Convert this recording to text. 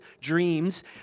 dreams